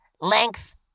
length